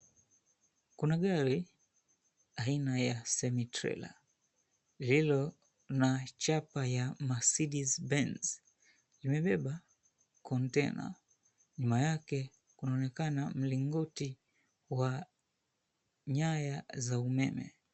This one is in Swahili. Kuna gari, aina ya Semi Trailer lililo na chapa ya Mercedes Benz. Imebeba kontena, nyuma yake kunaonekana mlingoti wa nyaya za umeme.